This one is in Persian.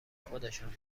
خودشان